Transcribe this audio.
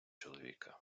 чоловіка